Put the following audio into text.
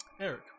eric